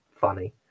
funny